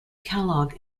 kellogg